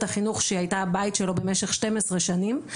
החינוך שהיתה הבית שלו במשך 12 שנים.